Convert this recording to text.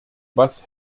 was